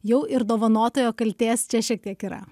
jau ir dovanotojo kaltės čia šiek tiek yra